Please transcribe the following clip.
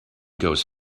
goes